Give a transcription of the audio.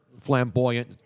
flamboyant